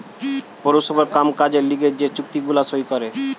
পৌরসভার কাম কাজের লিগে যে চুক্তি গুলা সই করে